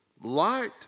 light